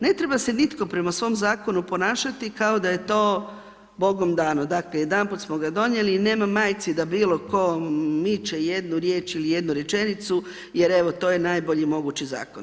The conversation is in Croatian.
Ne treba se nitko prema svom zakonu ponašati kao da je to bogom dano, dakle jedanput smo ga donijeli i nema majci da bilo tko miče jednu riječ ili jednu rečenicu jer evo to je najbolji mogući zakon.